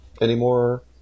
anymore